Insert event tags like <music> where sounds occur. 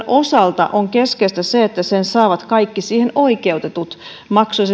<unintelligible> osalta on keskeistä se että sen saavat kaikki siihen oikeutetut maksoi <unintelligible>